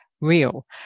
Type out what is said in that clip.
real